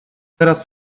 teraz